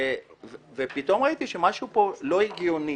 אבל פתאום ראיתי שמשהו פה לא הגיוני.